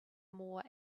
more